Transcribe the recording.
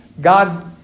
God